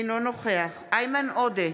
אינו נוכח איימן עודה,